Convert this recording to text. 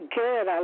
good